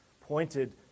pointed